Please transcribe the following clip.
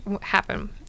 happen